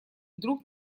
вдруг